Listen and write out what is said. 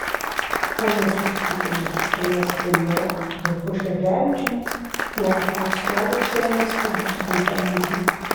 po jos susitikimo su šalies premjeru adolfu šleževičiumi uefa atstovai surengė spaudos konferenciją